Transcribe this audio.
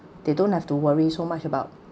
they don't have to worry so much about